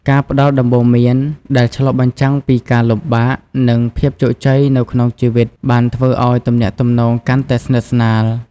ការផ្តល់ដំបូន្មានដែលឆ្លុះបញ្ចាំងពីការលំបាក និងភាពជោគជ័យនៅក្នុងជីវិតបានធ្វើឲ្យទំនាក់ទំនងកាន់តែស្និទ្ធស្នាល។